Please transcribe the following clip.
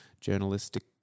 journalistic